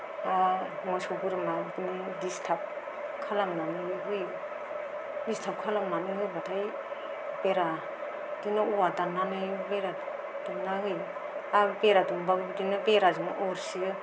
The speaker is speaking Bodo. आरो मोसौ बोरमा बिदिनो डिस्टार्ब खालामनानै होयो डिस्टार्ब खालामनानै होब्लाथाय बेरा बिदिनो औवा दाननानै बेरा दुमना होयो आरो बेरा दुमब्लाबो बिदिनो बेराजोंनो अरसियो